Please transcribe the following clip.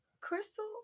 Crystal